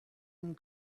and